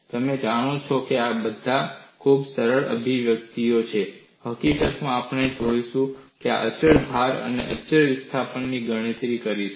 તમે જાણો છો કે આ બધા ખૂબ સરળ અભિવ્યક્તિઓ છે હકીકતમાં આપણે જઈશું અને અચળ ભાર અને અચળ વિસ્થાપનની ગણતરી કરીશું